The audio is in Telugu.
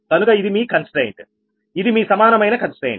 కనుక ఇది మీ కంస్ట్రయిన్ట్ఇది మీ సమానమైన కంస్ట్రయిన్ట్